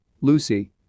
Lucy